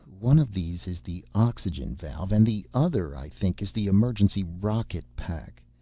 one of these is the oxygen valve, and the other, i think, is the emergency rocket pack.